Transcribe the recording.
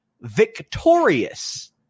victorious